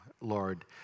Lord